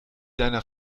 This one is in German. deiner